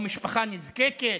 או משפחה נזקקת